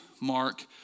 Mark